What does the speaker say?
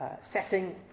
setting